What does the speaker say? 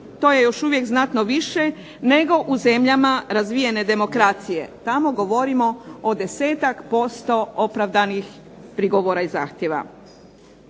to je još uvijek znatno više nego u zemljama razvijene demokracije. Tamo govorimo o 10-tak% opravdanih prigovora i zahtjeva.